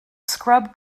scrub